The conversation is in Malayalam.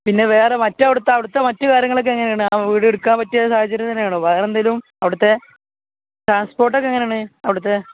പിന്നെ വേറെ മറ്റ് അവിടുത്തെ മറ്റ് കാര്യങ്ങളൊക്കെ എങ്ങനെയാണ് ആ വീട് എടുക്കാൻ പറ്റിയ സാഹചര്യം തന്നെയാണോ വേറെ എന്തേലും അവിടുത്തെ ട്രാൻസ്പോർട്ടൊക്കെ എങ്ങനെയാണ് അവിടുത്തേത്